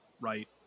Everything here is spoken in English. right